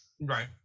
right